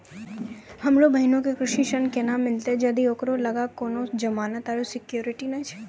हमरो बहिनो के कृषि ऋण केना मिलतै जदि ओकरा लगां कोनो जमानत आरु सिक्योरिटी नै छै?